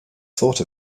thought